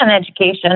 education